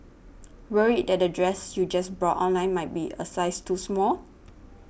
worried that the dress you just bought online might be a size too small